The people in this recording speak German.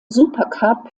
supercup